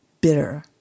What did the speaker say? bitter